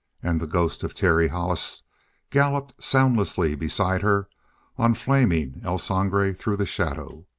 and the ghost of terry hollis galloped soundlessly beside her on flaming el sangre through the shadow.